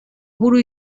buru